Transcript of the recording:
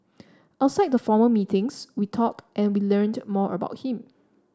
outside the formal meetings we talked and we learnt more about him